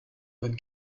bonne